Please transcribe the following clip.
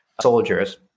soldiers